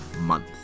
month